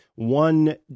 one